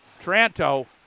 Tranto